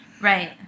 Right